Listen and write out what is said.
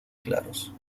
claros